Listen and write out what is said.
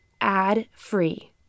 ad-free